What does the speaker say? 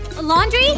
Laundry